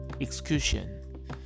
execution